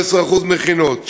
15% מכינות.